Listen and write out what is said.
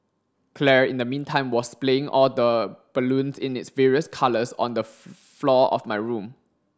Claire in the meantime was splaying all the balloons in its various colours on the floor of my room